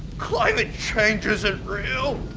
climate change isn't real!